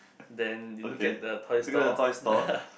then you look at the toy store